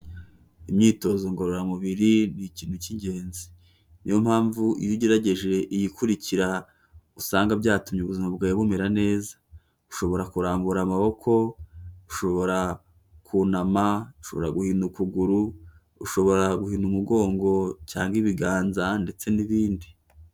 Imyitozo ngororamubiri ni ikintu cy'ingenzi, niyo mpamvu iyo ugerageje iyi ikurikira, usanga byatumye ubuzima bwawe bumera neza, ushobora kurambura amaboko, ushobora kunama, ushobora guhina ukuguru, ushobora guhina umugongo cyangwa ibiganza ndetse n'ibindi.